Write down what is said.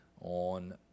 on